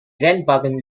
rennwagen